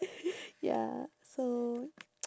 ya so